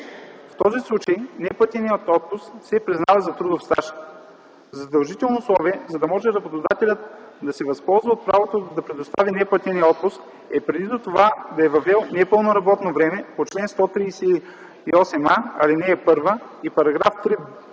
В този случай неплатеният отпуск се признава за трудов стаж. Задължителното условие, за да може работодателят да се възползва от правото да предоставя неплатения отпуск, е преди това да е въвел непълно работно време по чл. 138а, ал. 1 и § 3б, ал.